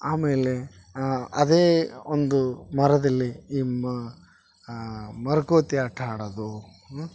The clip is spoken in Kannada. ಆಮೇಲೆ ಅದೆ ಒಂದು ಮರದಲ್ಲಿ ಈ ಮ ಮರಕೋತಿ ಆಟ ಆಡೋದು ಹ್ಞೂ